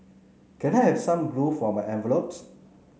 can I have some glue for my envelopes